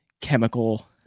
chemical